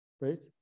Right